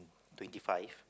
twenty five